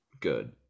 good